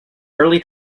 early